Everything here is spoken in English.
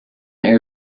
air